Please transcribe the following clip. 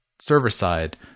server-side